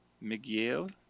Miguel